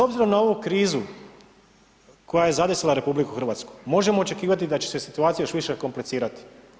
S obzirom na ovu krizu koja je zadesila RH, možemo očekivati da će se situacija još više komplicirati.